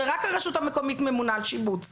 הרי רק הרשות המקומית ממונה על שיבוץ,